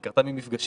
היא קרתה ממפגשים,